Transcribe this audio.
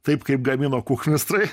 taip kaip gamino kuchmistrai